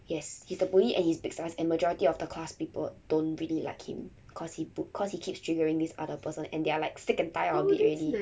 yes he's the bully and he's big size and majority of the class people don't really like him cause he bu~ cause he keeps triggering this other person and they're like sick and tired of it already